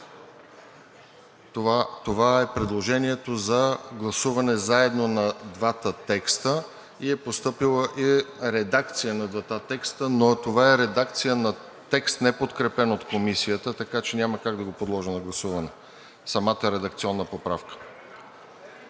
Това е предложението за гласуване заедно на двата текста и е редакция на двата текста, но е редакция на текст, неподкрепен от Комисията, така че няма как да подложа на гласуване самата редакционна поправка.